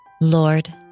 Lord